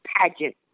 pageant